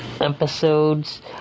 episodes